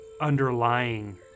underlying